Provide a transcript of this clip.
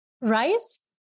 Rice